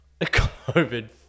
COVID